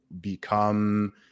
become